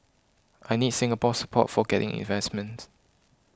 I need Singapore's support for getting investment